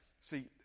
see